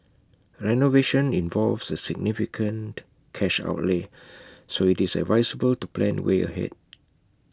renovation involves A significant cash outlay so IT is advisable to plan way ahead